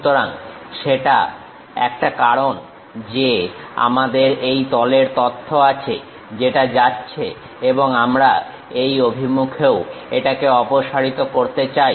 সুতরাং সেটা একটা কারণ যে আমাদের এই তলের তথ্য আছে যেটা যাচ্ছে এবং আমরা এই অভিমুখেও এটাকে অপসারিত করতে চাই